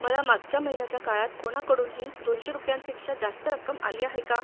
मला मागच्या महिन्याच्या काळात कोणाकडूनही दोनशे रुपयांपेक्षा जास्त रक्कम आली आहे का